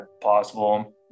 possible